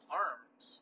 arms